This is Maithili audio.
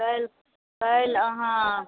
काल्हि काल्हि अहाँ